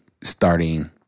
starting